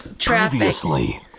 Previously